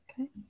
Okay